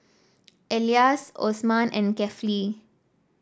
Elyas Osman and Kefli